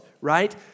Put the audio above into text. right